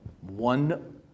one